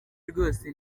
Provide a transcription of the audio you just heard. rwose